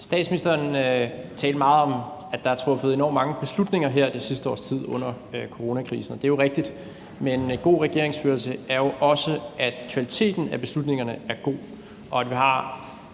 Statsministeren talte meget om, at der er truffet enormt mange beslutninger her det sidste års tid under coronakrisen. Og det er jo rigtigt, men god regeringsførelse er jo også, at kvaliteten af beslutningerne er god, og at vi